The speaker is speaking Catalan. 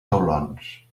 taulons